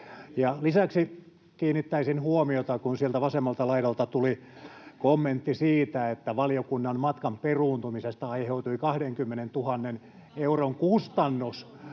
Lisäksi kiinnittäisin huomiota, että kun sieltä vasemmalta laidalta tuli kommentti siitä, että valiokunnan matkan peruuntumisesta aiheutui 20 000 euron kustannus